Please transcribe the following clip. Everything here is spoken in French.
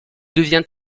devient